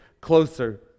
closer